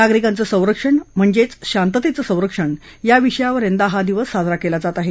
नागरिकांचं संरक्षण म्हणजेच शांततेचं संरक्षण या विषयावर यंदा हा दिवस साजरा केला जात आहे